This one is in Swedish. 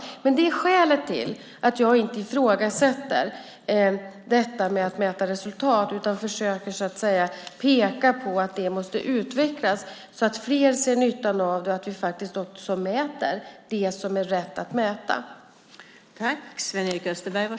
Detta är alltså skälet till att jag inte ifrågasätter detta med att man mäter resultat utan i stället försöker peka på att det måste utvecklas så att fler ser nyttan av det och att vi faktiskt också mäter det som det är rätt att mäta.